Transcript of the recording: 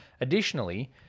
Additionally